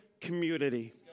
community